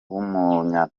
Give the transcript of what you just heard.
w’umunya